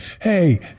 hey